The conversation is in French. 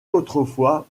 autrefois